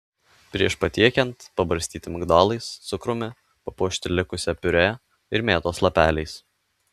prieš patiekiant pabarstyti migdolais cukrumi papuošti likusia piurė ir mėtos lapeliais